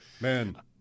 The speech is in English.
Man